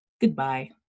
goodbye